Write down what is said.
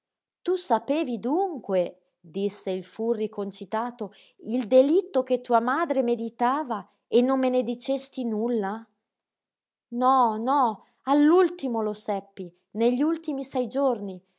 tu sapevi dunque disse il furri concitato il delitto che tua madre meditava e non me ne dicesti nulla no no all'ultimo lo seppi negli ultimi sei giorni